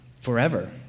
forever